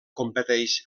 competeix